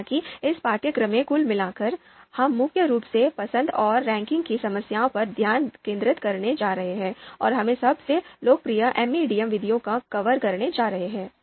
हालांकि इस पाठ्यक्रम में कुल मिलाकर हम मुख्य रूप से पसंद और रैंकिंग की समस्याओं पर ध्यान केंद्रित करने जा रहे हैं और हम सबसे लोकप्रिय एमएडीएम विधियों को कवर करने जा रहे हैं